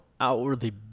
outwardly